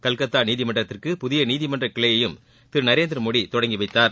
கல்கத்தா நீதிமன்றத்திற்கு புதிய நீதிமன்றக் கிளையையும் திரு நரேந்திரமோடி தொடங்கி வைத்தார்